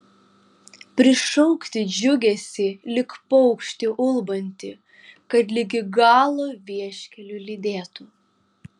prišaukti džiugesį lyg paukštį ulbantį kad ligi galo vieškeliu lydėtų